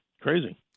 Crazy